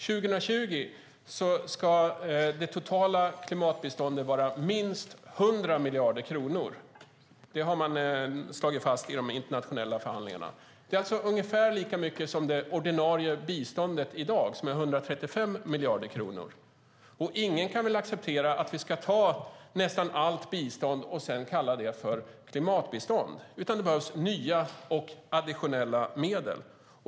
År 2020 ska det totala klimatbiståndet vara minst 100 miljarder dollar. Det har man slagit fast i de internationella förhandlingarna. Det är alltså ungefär lika mycket som dagens ordinarie bistånd på 135 miljarder dollar. Men ingen skulle väl acceptera att vi tar nästan allt bistånd och kallar det för klimatbistånd, utan det behövs nya och additionella medel.